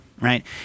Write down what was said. right